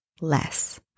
less